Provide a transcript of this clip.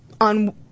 on